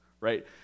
Right